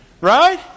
Right